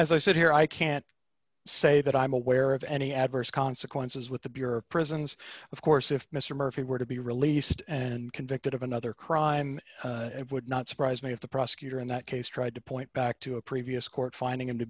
as i said here i can't say that i'm aware of any adverse consequences with the bureau of prisons of course if mister murphy were to be released and convicted of another crime it would not surprise me if the prosecutor in that case tried to point back to a previous court finding him to